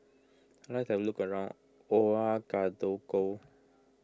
I would like to have a look around Ouagadougou